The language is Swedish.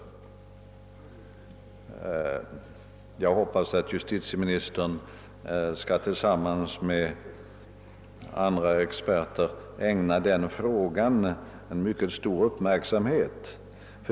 Jag hoppas att justitieministern skall tillsammans med andra experter ägna den frågan en mycket stor uppmärksamhet.